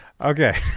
Okay